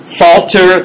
falter